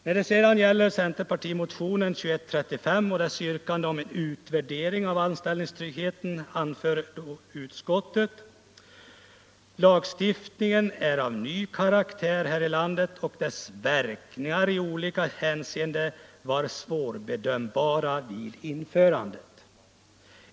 När det gäller centerpartimotionen 2135 och dess yrkande om en utvärdering av anställningstryggheten anför utskottet: ”Lagstiftningen är av ny karaktär här i landet och att dess verkningar i olika hänseenden var svårbedömbara vid införandet.